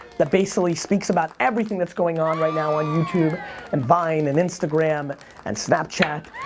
that basically speaks about everything that's going on right now on youtube and vine and instagram and snapchat.